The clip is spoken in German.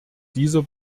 dieser